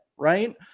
right